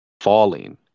falling